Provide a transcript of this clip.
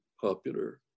popular